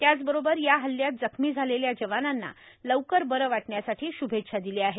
त्याचबरोबर या हल्ल्यात जखमी झालेल्या जवानांना लवकर बरं वाटण्यासाठी श्भेच्छा दिल्या आहेत